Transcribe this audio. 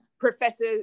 Professor